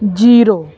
zero